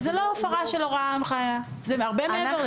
זה לא הפרה של הוראה או הנחיה, זה הרבה מעבר לזה.